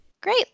Great